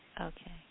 Okay